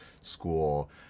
school